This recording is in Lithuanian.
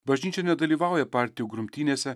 bažnyčia nedalyvauja partijų grumtynėse